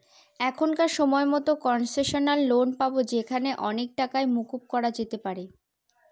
এখনকার সময়তো concessional loan পাবো যেখানে অনেক টাকাই মকুব করা যেতে পারে